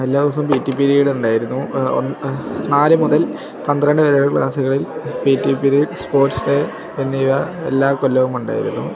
എല്ലാ ദിവസവും P T period ഉണ്ടായിരുന്നു ഒൻ നാല് മുതൽ പന്ത്രണ്ട് വരെയുള്ള ക്ലാസ്സുകളിൽ P T period sports day എന്നിവ എല്ലാ കൊല്ലവും ഉണ്ടായിരുന്നു